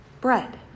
bread